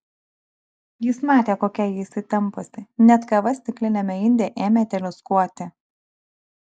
jis matė kokia ji įsitempusi net kava stikliniame inde ėmė teliūskuoti